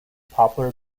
poplar